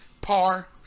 par